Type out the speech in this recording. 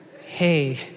hey